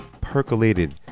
percolated